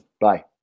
Bye